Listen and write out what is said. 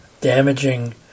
damaging